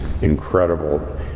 incredible